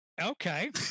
okay